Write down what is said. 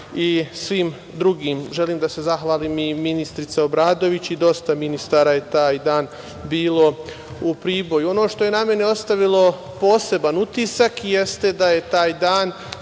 i svim drugim. Želim da se zahvalim i ministarki Obradović i dosta ministara je taj dan bilo u Priboju. Ono što je na mene ostavilo poseban utisak jeste da su taj dan